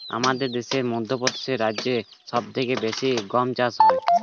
আমাদের দেশে মধ্যপ্রদেশ রাজ্যে সব থেকে বেশি গম চাষ হয়